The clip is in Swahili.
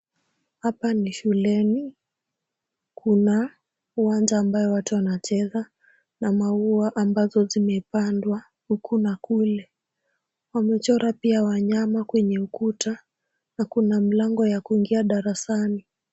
Hapa ni shuleni kuna uwanja ambao watu wanacheza na maua ambazo zimepandwa huku na kule. Wamechora pia wanyama kwenye ukuta na kuna mlango ya kuingia darasani.